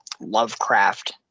Lovecraft